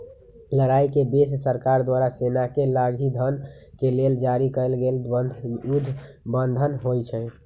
लड़ाई के बेर सरकार द्वारा सेनाके लागी धन के लेल जारी कएल गेल बन्धन युद्ध बन्धन होइ छइ